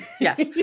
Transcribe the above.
Yes